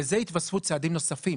לזה יתווספו צעדים נוספים.